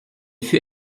fut